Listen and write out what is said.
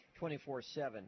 24-7